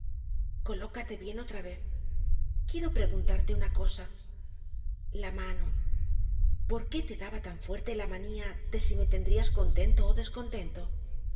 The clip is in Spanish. colócate bien otra vez quiero preguntarte una cosa la mano por qué te daba tan fuerte la manía de si me tendrías contento ó descontento